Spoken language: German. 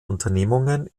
unternehmungen